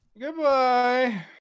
Goodbye